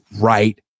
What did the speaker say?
right